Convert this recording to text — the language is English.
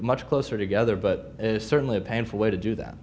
much closer together but certainly a painful way to do that